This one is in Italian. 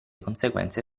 conseguenze